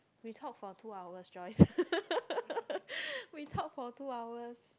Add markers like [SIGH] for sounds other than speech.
we talk for two hours Joyce [LAUGHS] we talk for two hours